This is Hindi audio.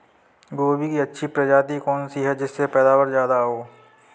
गोभी की अच्छी प्रजाति कौन सी है जिससे पैदावार ज्यादा हो?